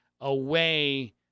away